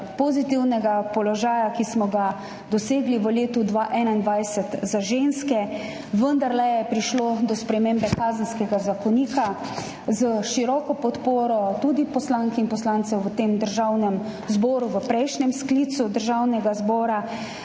pozitivnega položaja, ki smo ga dosegli v letu 2021 za ženske. Vendarle je prišlo do spremembe Kazenskega zakonika, s široko podporo tudi poslank in poslancev v Državnem zboru v prejšnjem sklicu Državnega zbora.